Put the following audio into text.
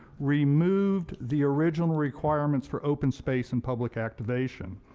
removed the original requirements for open space and public activation.